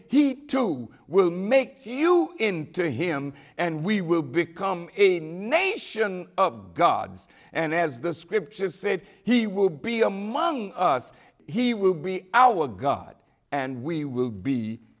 too will make you into him and we will become a nation of gods and as the scripture said he will be among us he will be our god and we will be